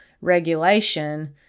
regulation